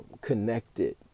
connected